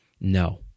No